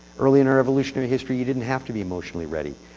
earlier in our evolutionary history, you didn't have to be emotionally ready